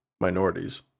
minorities